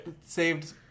saved